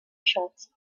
shots